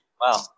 Wow